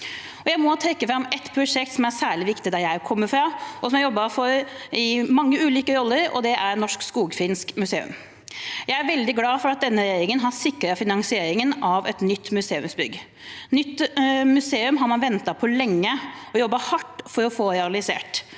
Jeg må trekke fram et prosjekt som er særlig viktig der jeg kommer fra, og som jeg har jobbet for i mange ulike roller. Det er Norsk Skogfinsk Museum. Jeg er veldig glad for at denne regjeringen har sikret finansieringen av et nytt museumsbygg. Nytt museum har man ventet på lenge og jobbet hardt for å få realisert.